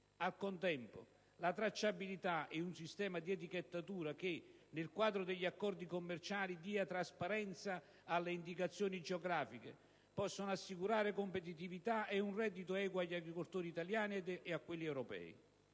Al contempo, la tracciabilità e un sistema di etichettatura che, nel quadro degli accordi commerciali, dia trasparenza alle indicazioni geografiche, possono assicurare competitività e un reddito equo agli agricoltori italiani ed europei: